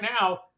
now